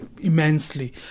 immensely